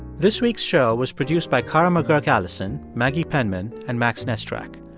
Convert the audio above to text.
this week's show was produced by kara mcguirk-allison, maggie penman and max nesterak.